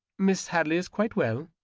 miss hadley is quite well?